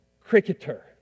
cricketer